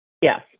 Yes